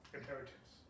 Inheritance